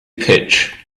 pitch